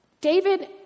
David